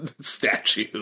statue